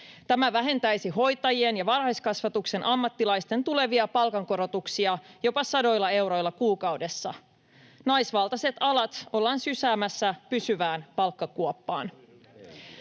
Tämä vähentäisi hoitajien ja varhaiskasvatuksen ammattilaisten tulevia palkankorotuksia jopa sadoilla euroilla kuukaudessa. Naisvaltaiset alat ollaan sysäämässä pysyvään palkkakuoppaan.